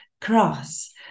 cross